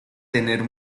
tener